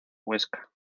huesca